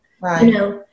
Right